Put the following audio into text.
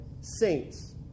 Saints